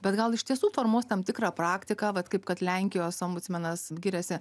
bet gal iš tiesų formuos tam tikrą praktiką vat kaip kad lenkijos ombudsmenas giriasi